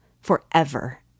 forever